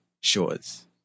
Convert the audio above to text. shores